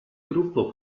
gruppo